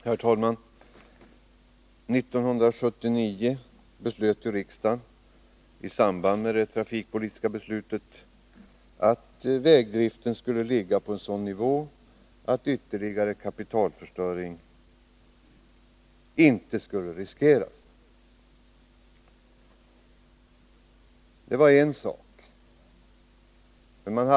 Herr talman! I samband med det trafikpolitiska beslutet 1979 slog riksdagen fast att vägdriften skulle ligga på en sådan nivå att ytterligare kapitalförstöring inte skulle riskeras.